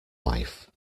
wife